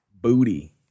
Booty